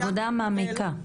עבודה מעמיקה.